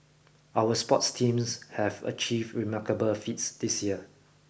our sports teams have achieved remarkable feats this year